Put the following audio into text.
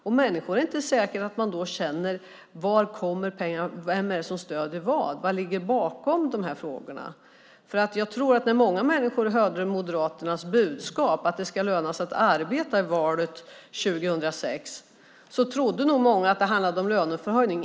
Det är inte säkert att människor då känner att de vet varifrån pengarna kommer - vem stöder vad, och vad ligger bakom de här frågorna? Jag tror nämligen att många människor som hörde Moderaternas budskap i valrörelsen 2006 - att det ska löna sig att arbeta - trodde att det handlade om en löneförhöjning.